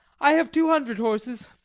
i have two hundred horses.